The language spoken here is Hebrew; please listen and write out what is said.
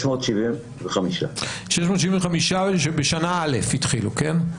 675. 675 שבשנה א' התחילו, כן?